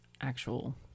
actual